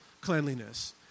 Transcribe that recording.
cleanliness